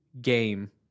game